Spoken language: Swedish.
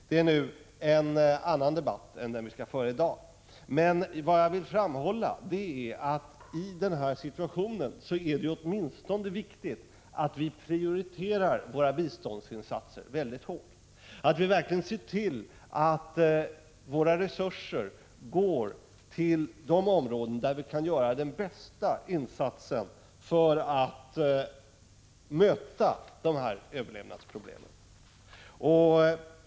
Det är nu en annan debatt än den som vi skall föra i dag, men jag ville framhålla att det i denna situation är viktigt att vi åtminstone prioriterar våra biståndsinsatser mycket hårt, att vi verkligen ser till att våra resurser går till de områden där vi kan göra den bästa insatsen för att möta överlevnadsproblemen.